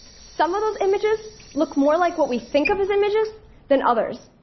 some of those images look more like what we think of as images than others.